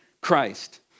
Christ